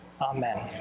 Amen